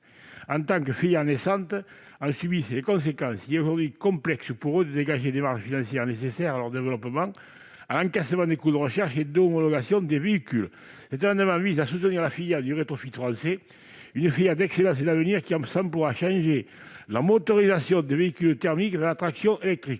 -, une filière naissante, en subissent les conséquences. Il est aujourd'hui complexe pour eux de dégager des marges financières nécessaires à leur développement, à l'encaissement des coûts de recherche et d'homologation des véhicules. Cet amendement vise à soutenir la filière du rétrofit français, une filière d'excellence et d'avenir qui s'emploie à changer la motorisation de véhicules thermiques vers la traction électrique